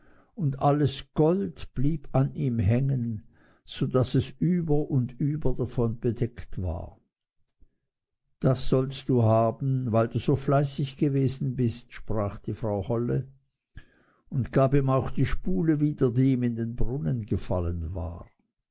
und alles gold blieb an ihm hängen so daß es über und über davon bedeckt war das sollst du haben weil du so fleißig gewesen bist sprach die frau holle und gab ihm auch die spule wieder die ihm in den brunnen gefallen war